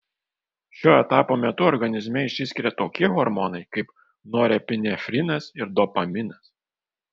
šio etapo metu organizme išsiskiria tokie hormonai kaip norepinefrinas ir dopaminas